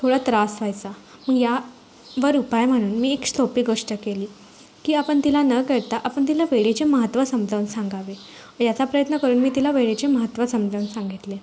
थोडा त्रास व्हायचा मग यावर उपाय म्हणून मी एक सोपी गोष्ट केली की आपण तिला न कळता आपण तिला वेळेचे महत्त्व समजावून सांगावे याचा प्रयत्न करून मी तिला वेळेचे महत्त्व समजावून सांगितले